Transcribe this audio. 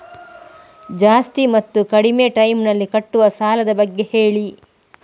ಜಾಸ್ತಿ ಮತ್ತು ಕಡಿಮೆ ಟೈಮ್ ನಲ್ಲಿ ಕಟ್ಟುವ ಸಾಲದ ಬಗ್ಗೆ ಹೇಳಿ